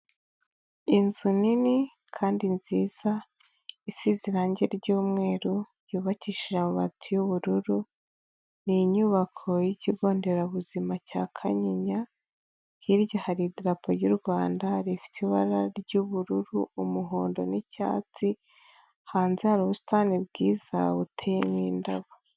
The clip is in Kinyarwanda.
Inzu nini kandi nziza, isize irangi ry'umweru, yubakishije amabati y'ubururu, ni inyubako y'ikigo nderabuzima cya Kanyinya, hirya hari idarapo ry'u Rwanda, rifite ibara ry'ubururu, umuhondo n'icyatsi, hanze hari ubusitani bwiza, buteyemo indabo.